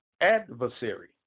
adversary